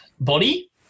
body